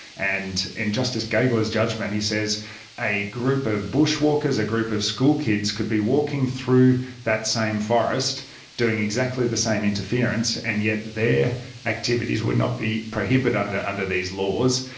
and in justice gageler's judgement he says a group of bushwalkers, a group of school kids could be walking through that same forest doing exactly the same interference, and yet their activities would not be prohibited under under these laws,